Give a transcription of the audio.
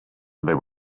they